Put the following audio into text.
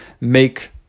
make